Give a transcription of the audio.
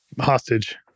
hostage